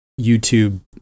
YouTube